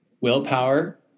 willpower